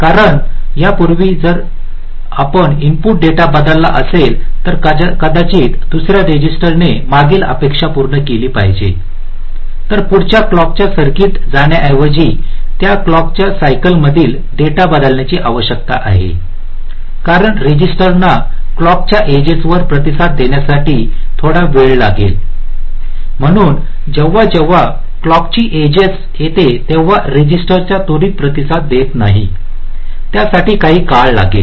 कारण त्यापूर्वी जर इनपुट डेटा बदलला असेल तर कदाचित दुसर्या रजिस्टरने मागील अपेक्षा पूर्ण केली पाहिजे तर पुढच्या क्लॉकच्या सर्किट जाण्याऐवजी त्याच क्लॉक सायकल मधील डेटा बदलण्याची आवश्यकता आहे कारण रजिस्टरना क्लॉकच्या एजेसवर प्रतिसाद देण्यासाठी थोडा वेळ लागेल म्हणून जेव्हा जेव्हा क्लॉकची एजेस येते तेव्हा रजिस्टर त्वरित प्रतिसाद देत नाही यासाठी काही वेळ लागेल